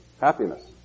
happiness